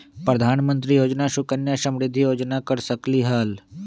प्रधानमंत्री योजना सुकन्या समृद्धि योजना कर सकलीहल?